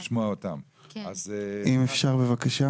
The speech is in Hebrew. יש כאן דברים שמשתנים מדי פעם בספרות הרפואית,